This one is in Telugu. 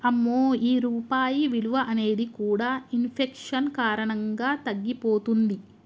అమ్మో ఈ రూపాయి విలువ అనేది కూడా ఇన్ఫెక్షన్ కారణంగా తగ్గిపోతుంది